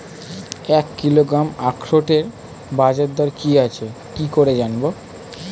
এক কিলোগ্রাম আখরোটের বাজারদর কি আছে কি করে জানবো?